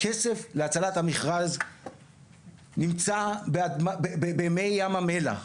הכסף להצלת המכרז נמצא במי ים המלח,